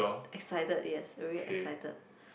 excited yes very excited